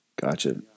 gotcha